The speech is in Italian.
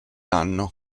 anno